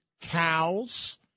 cows